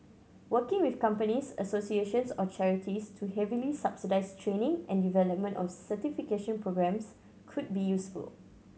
working with companies associations or charities to heavily subsidise training and development of certification programmes could be useful